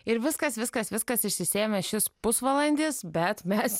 ir viskas viskas viskas išsisėmė šis pusvalandis bet mes